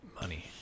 money